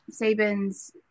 Saban's